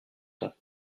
temps